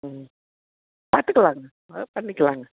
ம் பார்த்துக்கலாங்க பண்ணிக்கலாங்க